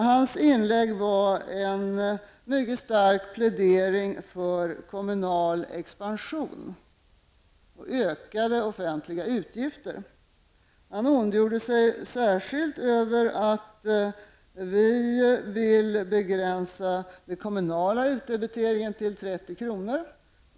Hans inlägg var en mycket stark plädering för kommunal expansion och ökade offentliga utgifter. Han ondgjorde sig särskilt över att vi vill begränsa den kommunala utdebiteringen till 30 kr.